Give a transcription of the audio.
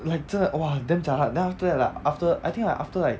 like 真的 !wah! damn jialat then after that like after I think like after like